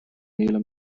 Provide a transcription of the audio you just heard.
míle